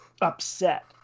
upset